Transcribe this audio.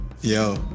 Yo